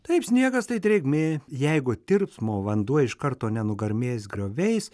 taip sniegas tai drėgmė jeigu tirpsmo vanduo iš karto nenugarmės grioviais